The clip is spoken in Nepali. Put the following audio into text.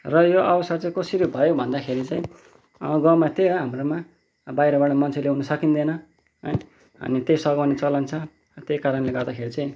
र यो अवसर चाहिँ कसरी भयो भन्दाखेरि चाहिँ गाँउमा त्यहिँ हो हाम्रोमा अब बाहिरबाट मान्छे ल्याउन सकिँदैन है अनि त्यहिँ सघाउने चलन छ त्यही कारणले गर्दाखेरि चाहिँ